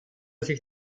sich